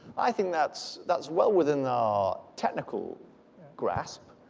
i think that's that's well within our technical grasp.